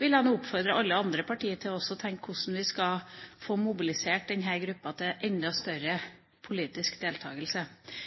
vil oppfordre alle andre partier til å tenke på hvordan vi skal få mobilisert denne gruppa til enda større politisk deltakelse.